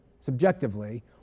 subjectively